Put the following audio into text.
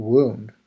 Wound